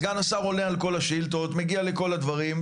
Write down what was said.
סגן השר עונה על כל השאילתות, מגיע לכל הדברים.